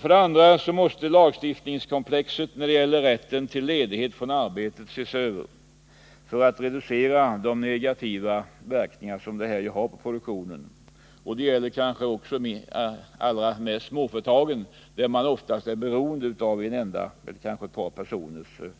För det andra måste lagstiftningskomplexet när det gäller rätt till ledighet från arbetet ses över för att reducera de negativa effekterna på produktionen. Det gäller särskilt småföretagen, som ofta är beroende av ett fåtal medarbetares insatser.